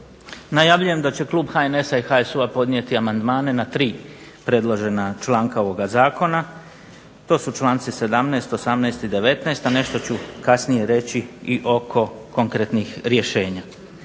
najavljujem da će klub HNS-a i HSU-a podnijeti amandmane na tri predložena članka ovoga zakona. To su članci 17., 18. i 19., a nešto ću kasnije reći i oko konkretnih rješenja.